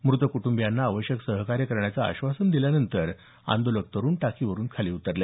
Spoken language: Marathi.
मृत कुटुंबीयास आवश्यक सहकार्य करण्याचं आश्वासन दिल्यानंतर आंदोलक तरुण टाकीवरून खाली उरतले